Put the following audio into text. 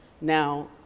Now